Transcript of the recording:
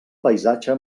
paisatge